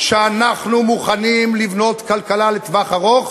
שאנחנו מוכנים לבנות כלכלה לטווח ארוך